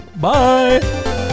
Bye